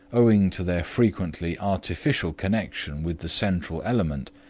owing to their frequently artificial connection with the central element,